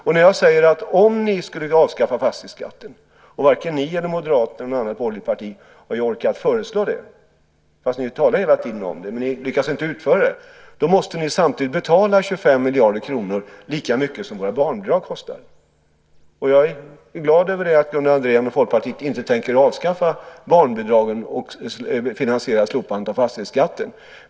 Om ni skulle avskaffa fastighetsskatten, och varken ni, Moderaterna eller något annat borgerligt parti har ju orkat föreslå det fast ni hela tiden talar om det, ni lyckas inte utföra det, måste ni samtidigt betala 25 miljarder kronor, lika mycket som våra barnbidrag kostar. Jag är glad över att Gunnar Andrén och Folkpartiet inte tänker avskaffa barnbidragen för att finansiera slopandet av fastighetsskatten.